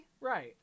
Right